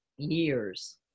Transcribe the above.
years